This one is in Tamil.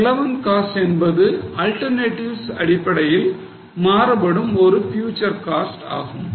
relevant costs என்பது alternatives இடையில் மாறுபடும் ஒரு future costs ஆகும்